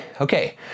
okay